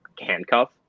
handcuff